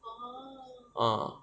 ah